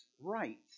rights